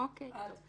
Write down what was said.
אוקיי.